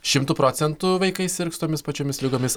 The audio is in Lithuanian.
šimtu procentų vaikai sirgs tomis pačiomis ligomis